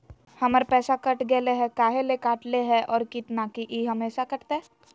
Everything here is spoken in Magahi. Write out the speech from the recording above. हमर पैसा कट गेलै हैं, काहे ले काटले है और कितना, की ई हमेसा कटतय?